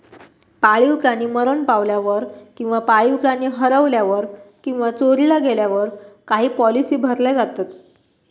पाळीव प्राणी मरण पावल्यावर किंवा पाळीव प्राणी हरवल्यावर किंवा चोरीला गेल्यावर काही पॉलिसी भरल्या जातत